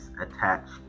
attached